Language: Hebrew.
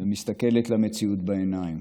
ומסתכלת למציאות בעיניים.